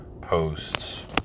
posts